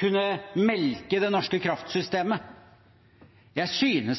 kunne «melke» det norske kraftsystemet. Jeg synes